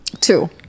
two